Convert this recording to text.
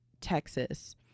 texas